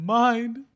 mind